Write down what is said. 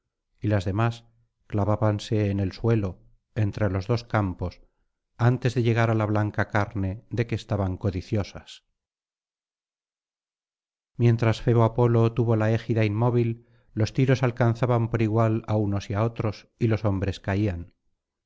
y las demás clavábanse en el suelo entre los dos campos antes de llegar á la blanca carne de que estaban codiciosas mientras febo apolo tuvo la égida inmóvil los tiros alcanzaban por igual á unos y á otros y los hombres caían